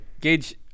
Gage